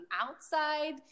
outside